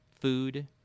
food